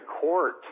court